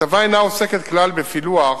הכתבה אינה עוסקת כלל בפילוח